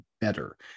better